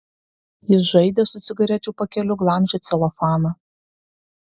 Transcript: jis žaidė su cigarečių pakeliu glamžė celofaną